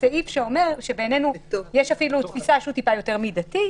בסעיף הזה יש תפיסה שהיא טיפה יותר מידתית.